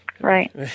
Right